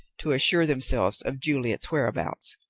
to assure themselves of juliet's whereabouts.